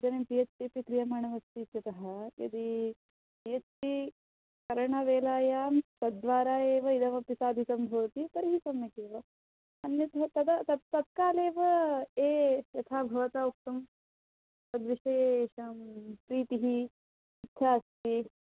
इदानीं P H D अपि क्रियमाणमस्ति इत्यतः यदि पि एच् डि करणवेलायां तद्वारा एव इदमपि साधितं भवति तर्हि सम्यक् एव अन्यथा तदा तत् तत्काले एव ये यथा भवता उक्तं तद्विषये येषां प्रीतिः इच्छा अस्ति